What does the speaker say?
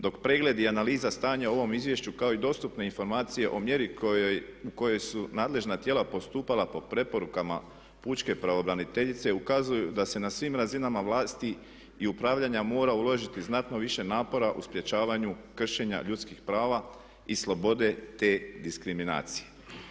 Dok pregled i analiza stanja u ovom izvješću kao i dostupne informacije o mjeri u kojoj su nadležna tijela postupala po preporukama pučke pravobraniteljice ukazuju da se na svim razinama vlasti i upravljanja mora uložiti znatno više napora u sprječavanju kršenja ljudskih prava i slobode te diskriminacije.